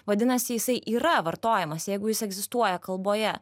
vadinasi jisai yra vartojamas jeigu jis egzistuoja kalboje